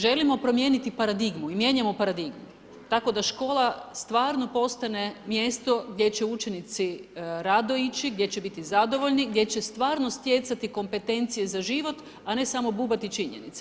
Želimo promijeniti paradigmu i mijenjamo paradigmu tako da škola stvarno postane mjesto gdje će učenici rado ići, gdje će biti zadovoljni, gdje će stvarno stjecati kompetencije za život a ne samo bubati činjenice.